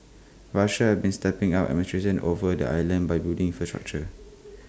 Russia has been stepping up administration over the islands by building infrastructure